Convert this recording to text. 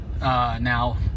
now